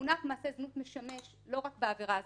המונח "מעשה זנות" משמש לא רק בעבירה הזאת,